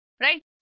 Right